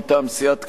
מטעם סיעת קדימה: